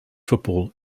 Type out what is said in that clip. football